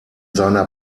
seiner